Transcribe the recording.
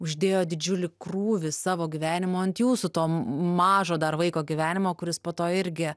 uždėjo didžiulį krūvį savo gyvenimo ant jūsų to mažo dar vaiko gyvenimo kuris po to irgi